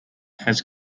has